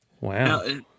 Wow